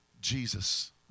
Jesus